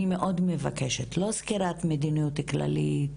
אני מאוד מבקשת לא סקירת מדיניות כללית,